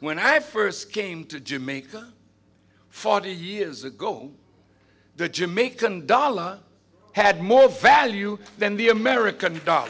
when i first came to jamaica forty years ago the jamaican dollar had more value than the american dollar